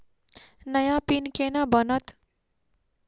नया पिन केना बनत?